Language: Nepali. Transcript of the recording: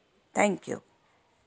थ्याङ्क्यु